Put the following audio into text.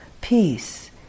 Peace